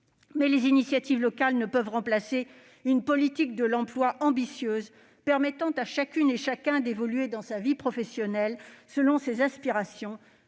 les initiatives locales ne peuvent remplacer une politique de l'emploi ambitieuse, permettant à chacune et chacun d'évoluer dans sa vie professionnelle, selon ses aspirations,